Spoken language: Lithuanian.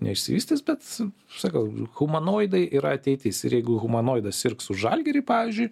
neišsivystys bet sakau humanoidai yra ateitis ir jeigu humanoidas sirgs už žalgirį pavyzdžiui